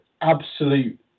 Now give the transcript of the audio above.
absolute